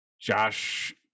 Josh